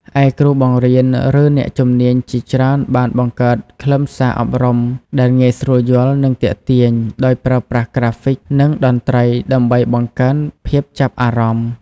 ឯគ្រូបង្រៀន ឬអ្នកជំនាញជាច្រើនបានបង្កើតខ្លឹមសារអប់រំដែលងាយស្រួលយល់ និងទាក់ទាញ ដោយប្រើប្រាស់ក្រាហ្វិក និងតន្ត្រីដើម្បីបង្កើនភាពចាប់អារម្មណ៍។